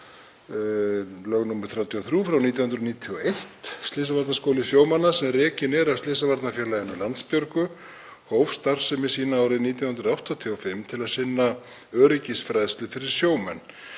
lög nr. 33/1991. Slysavarnaskóli sjómanna, sem rekinn er af Slysavarnafélaginu Landsbjörgu, hóf starfsemi sína árið 1985 til að sinna öryggisfræðslu fyrir sjómenn.